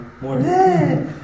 more